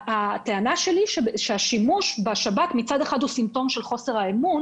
הטענה שלי היא שהשימוש בשב"כ הוא מצד אחד סימפטום של חוסר האמון